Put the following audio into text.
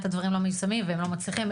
הדברים לא היו מיושמים והם לא מצליחים,